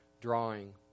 drawing